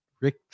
Rick